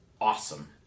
awesome